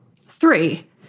Three